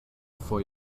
for